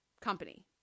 company